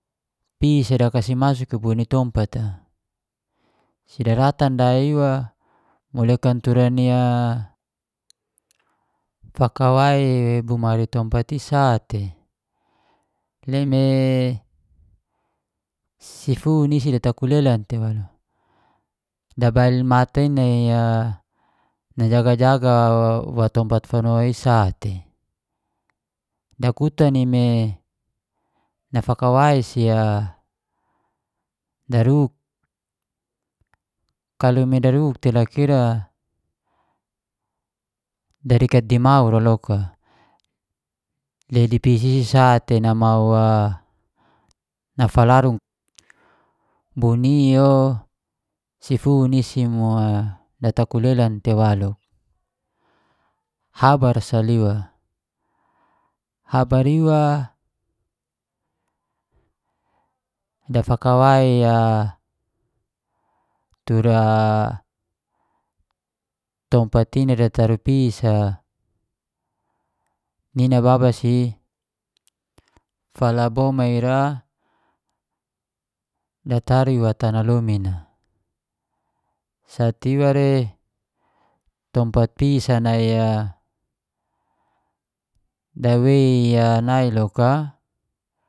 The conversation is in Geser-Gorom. Pis a dakasih masuk tu ni tompat a, si daratan wa iwa malekang tura ni a fakawai bomari tompat isate. Le me sifun isi datakulelan tei waluk, dabail mata i nai a najaga-jaga wa tompat fano isate, dakutan i me nafakawai i sia daruk kalau me daruk tei loka ira darikat dimau a loka. Le id pis i isi sate namau nafalaru bo ni o sifun isi mo datakulelan tei waluk, habar sa liwa, habar iwa dafakawai tura tompat i dataru nai pis a nina n=baba si falaboma ira dataru bo tanah lomin a sat iwa re tompat pis a nai a dawei ya nai loka.